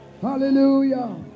Hallelujah